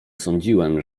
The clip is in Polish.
sądziłem